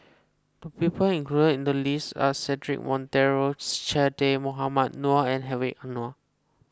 the people included in the list are Cedric Monteiro Che Dah Mohamed Noor and Hedwig Anuar